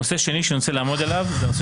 הנושא השני שאני רוצה לעמוד עליו זה הנושא